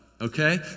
Okay